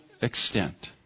extent